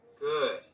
Good